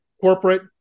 corporate